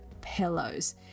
pillows